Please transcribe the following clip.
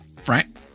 Frank